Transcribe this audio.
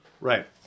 Right